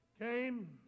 came